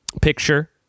picture